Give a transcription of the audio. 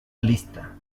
lista